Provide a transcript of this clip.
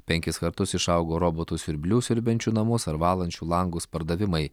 penkis kartus išaugo robotų siurblių siurbiančių namus ar valančių langus pardavimai